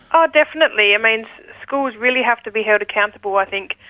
ah definitely. i mean, schools really have to be held accountable i think,